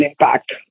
impact